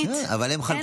אין לי שום,